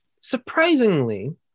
Surprisingly